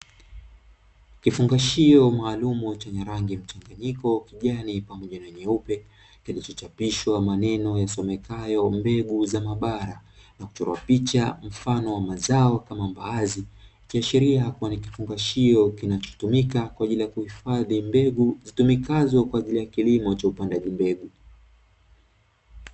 Kifungashio maalumu chenye rangi mchanganyiko kijani pamoja na nyeupe kilichochapishwa maneno yasomekayo "mbegu za mabara" na kuchorwa picha mfano wa mazao kama mbaazi, ikiashiria ni kifungashio kinachotumika kwa ajili ya kuhifadhi mbegu zitumikazo kwa ajili ya kilimo cha upandaji mbegu.